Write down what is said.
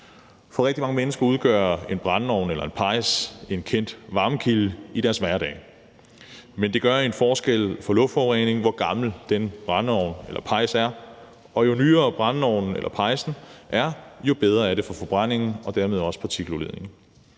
For rigtig mange mennesker udgør en brændeovn eller en pejs en kendt varmekilde i deres hverdag, men det gør en forskel for luftforureningen, hvor gammel den brændeovn eller pejs er, og jo nyere brændeovnen eller pejsen er, jo bedre er det for forbrændingen og dermed også partikeludledningen.